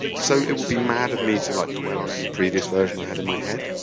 so it would be mad of me to like dwell on any previous version i had in my head,